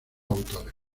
autores